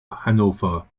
hannover